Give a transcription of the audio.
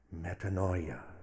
metanoia